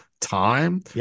time